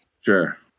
Sure